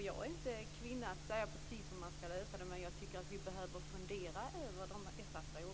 Jag är inte kvinna att säga precis hur det skall lösas, men jag tycker att vi bör fundera över dessa frågor.